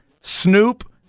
Snoop